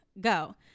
go